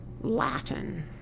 Latin